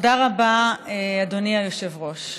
תודה רבה, אדוני היושב-ראש.